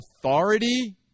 authority